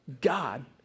God